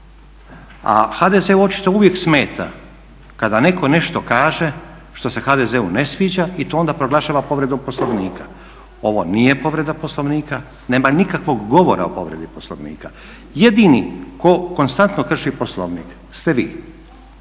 a HDZ-u očito uvijek smeta kada netko nešto kaže što se HDZ-u ne sviđa i to onda proglašava povredom Poslovnika. Ovo nije povreda Poslovnika, nema nikakvog govora o povredi Poslovnika. Jedini tko konstantno krši Poslovnik ste vi